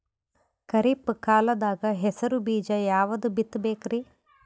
ಖರೀಪ್ ಕಾಲದಾಗ ಹೆಸರು ಬೀಜ ಯಾವದು ಬಿತ್ ಬೇಕರಿ?